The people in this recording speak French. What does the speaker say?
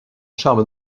charme